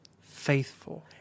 faithful